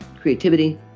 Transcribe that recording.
Creativity